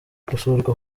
gusurwa